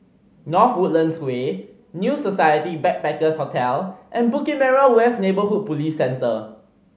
North Woodlands Way New Society Backpackers' Hotel and Bukit Merah West Neighbourhood Police Centre